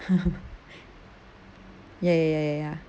ya ya ya ya ya